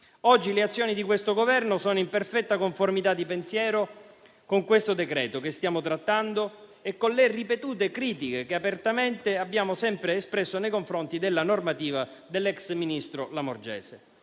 Oggi le azioni di questo Governo sono in perfetta conformità di pensiero con il decreto di cui stiamo trattando e con le ripetute critiche che apertamente abbiamo sempre espresso nei confronti della normativa dell'ex ministro Lamorgese.